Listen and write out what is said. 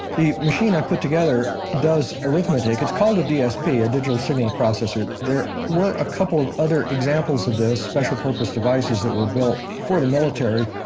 the machine i put together does arithmetic, it's called a dsp, a digital signal processor. there were a couple of other examples of this, special purpose devices that were built for the military.